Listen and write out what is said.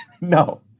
No